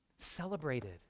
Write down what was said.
celebrated